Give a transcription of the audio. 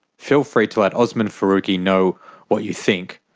feel free to let osman faruqi know what you think.